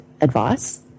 advice